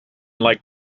like